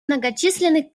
многочисленных